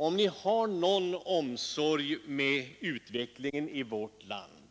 Om ni har någon omsorg om utvecklingen i vårt land